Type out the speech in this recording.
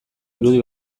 irudi